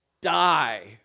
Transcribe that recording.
die